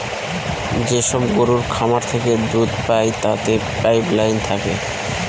যেসব গরুর খামার থেকে দুধ পায় তাতে পাইপ লাইন থাকে